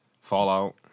Fallout